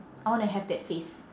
I wanna have that face